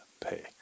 pay